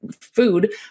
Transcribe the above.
food